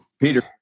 peter